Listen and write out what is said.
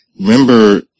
Remember